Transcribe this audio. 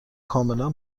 کاملا